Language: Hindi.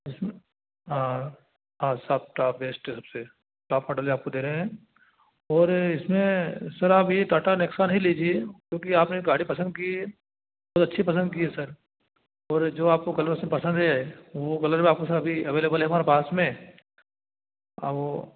इसमें हाँ हाँ साब टॉप बेस्ट है सबसे टॉप मोडल ही आपको दे रहे हैं और इसमें सर आप यह टाटा नेक्सान ही लीजिए क्योंकि आपने गाड़ी पसंद की बहुत अच्छी पसंद की है सर और जो आपको कलर उसमें पसंद है वह कलर भी आपको समय पर ही अवेलेवल है हमारे पास में वह